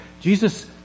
Jesus